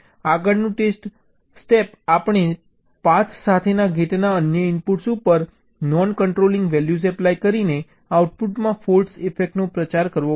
આગળનું સ્ટેપ આપણે પાથ સાથેના ગેટના અન્ય ઇનપુટ્સ ઉપર નોન કંટ્રોલિંગ વેલ્યૂઝ એપ્લાય કરીને આઉટપુટમાં ફોલ્ટ ઇફેક્ટનો પ્રચાર કરવો પડશે